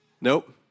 Nope